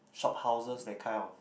shop houses that kind of